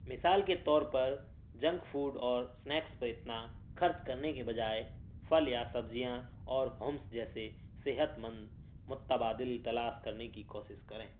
مثال کے طور پر جنک فوڈ اور اسنیکس پر اتنا خرچ کرنے کے بجائے پھل یا سبزیاں اور ہمس جیسے صحت مند متبادل تلاش کرنے کی کوشش کریں